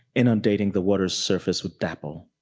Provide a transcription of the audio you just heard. inundating the water's surface with dapple.